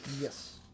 Yes